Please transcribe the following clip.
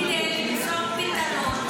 כדי למצוא פתרון,